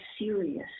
serious